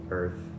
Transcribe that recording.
earth